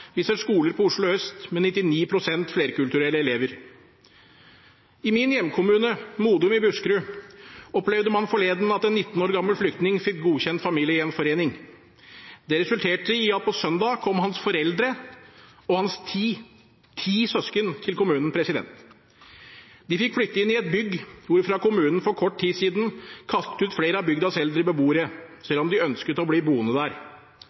Vi ser skoler på Oslo øst med 99 pst. prosent flerkulturelle elever. I min hjemkommune, Modum i Buskerud, opplevde man forleden at en 19 år gammel flyktning fikk godkjent familiegjenforening. Det resulterte i at hans foreldre og ti søsken kom til kommunen på søndag. De fikk flytte inn i et bygg der kommunen for kort tid siden hadde kastet ut flere av bygdas eldre beboere, selv om de ønsket å bli boende der.